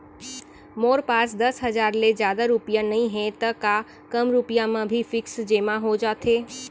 मोर पास दस हजार ले जादा रुपिया नइहे त का कम रुपिया म भी फिक्स जेमा हो जाथे?